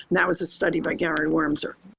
that was a study by gary wormser.